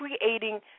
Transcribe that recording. creating